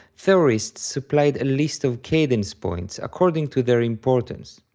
theorists supplied a list of cadence points according to their importance.